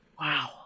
Wow